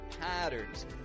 patterns